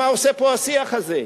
מה עושה פה השיח הזה?